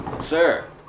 Sir